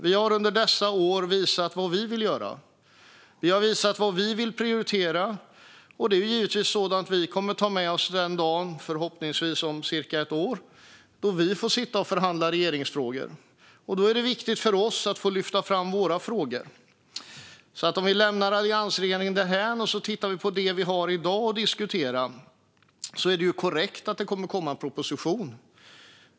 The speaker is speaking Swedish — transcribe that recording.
Vi har under dessa år visat vad vi vill göra och prioritera, och det kommer vi givetvis att ta med oss den dagen, förhoppningsvis om något år, då vi får förhandla i regeringsfrågor. Då är det viktigt för oss att få lyfta fram våra frågor. Låt oss lämna alliansregeringen därhän och titta på det vi har att diskutera i dag. Det är korrekt att det kommer att komma en proposition.